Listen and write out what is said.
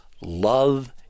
love